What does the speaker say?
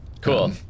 Cool